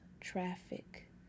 traffic